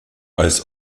als